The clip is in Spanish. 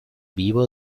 vivo